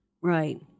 Right